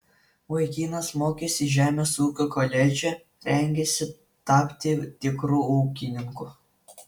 vaikinas mokėsi žemės ūkio koledže rengėsi tapti tikru ūkininku